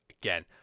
again